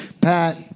Pat